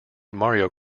mario